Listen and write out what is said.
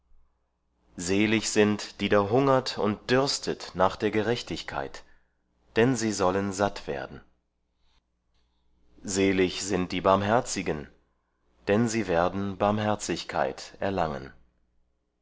selig sind die da hungert und dürstet nach der gerechtigkeit denn sie sollen satt werden selig sind die barmherzigen denn sie werden barmherzigkeit erlangen